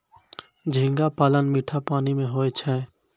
झींगा पालन मीठा पानी मे होय छै